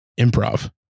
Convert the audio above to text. improv